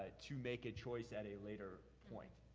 ah to make a choice at a later point.